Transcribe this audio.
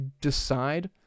decide